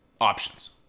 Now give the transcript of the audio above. options